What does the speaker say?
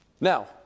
Now